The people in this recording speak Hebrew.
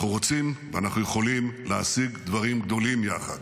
אנחנו רוצים ואנחנו יכולים להשיג דברים גדולים יחד,